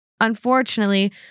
Unfortunately